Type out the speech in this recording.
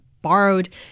borrowed